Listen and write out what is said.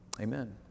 Amen